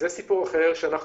זה סיפור אחר שאנחנו,